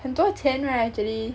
很多钱 right actually